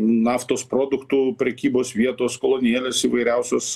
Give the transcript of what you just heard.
naftos produktų prekybos vietos kolonėlės įvairiausios